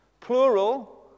Plural